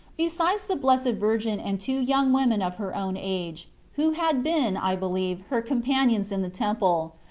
besides the blessed virgin and two young women of her own age, who had been, i believe, her companions in the temple,